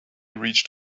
reached